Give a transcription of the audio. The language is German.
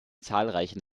zahlreichen